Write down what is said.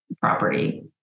property